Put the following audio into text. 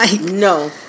No